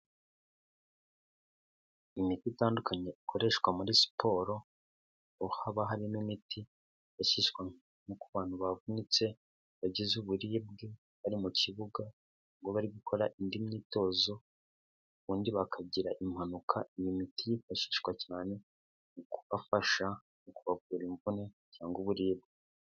Imiti itandukanye ikoreshwa muri siporo, aho haba harimo imiti yashyizwe nko ku bantu bavunitse bagize uburibwe bari mu kibuga, ngo bari gukora indi myitozo, ubundi bakagira impanuka. Iyi miti yifashishwa cyane mu kubafasha, mu kubavura imvune cyangwa uburibwe.